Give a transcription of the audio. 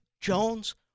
Jones